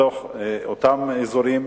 בתוך אותם אזורים,